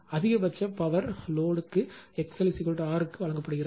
அதிகபட்ச power load XL R g க்கு வழங்கப்படுகிறது